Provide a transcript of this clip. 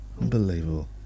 Unbelievable